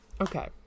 okay